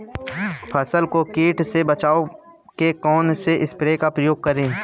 फसल को कीट से बचाव के कौनसे स्प्रे का प्रयोग करें?